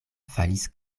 falis